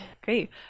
great